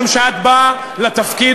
משום שאת באה לתפקיד,